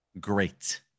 great